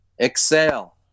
Exhale